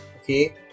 okay